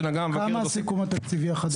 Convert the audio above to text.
שבה נגע מבקר המדינה --- כמה הסיכום התקציבי החדש?